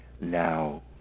now